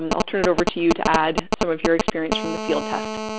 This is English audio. and i'll turn it over to you to add some of your experience from the field test.